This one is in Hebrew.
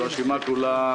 הרשימה הזו כוללת